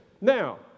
Now